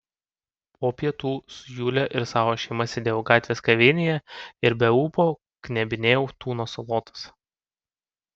po pietų su jule ir savo šeima sėdėjau gatvės kavinėje ir be ūpo knebinėjau tuno salotas